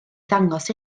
ddangos